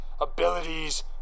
abilities